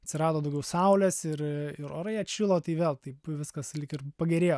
atsirado daugiau saulės ir ir orai atšilo tai vėl taip viskas lyg ir pagerėjo